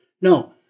No